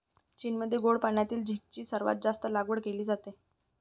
चीनमध्ये गोड पाण्यातील झिगाची सर्वात जास्त लागवड केली जाते